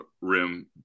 rim